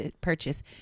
purchase